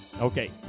Okay